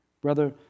brother